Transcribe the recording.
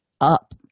up